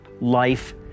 life